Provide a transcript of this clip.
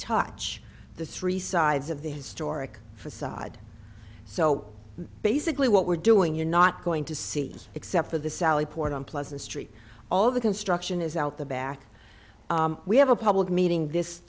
touch the three sides of the historic facade so basically what we're doing you're not going to see except for the sally port on pleasant street all the construction is out the back we have a public meeting this